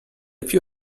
few